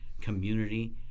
Community